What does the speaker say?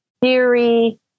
theory